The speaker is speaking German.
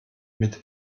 mit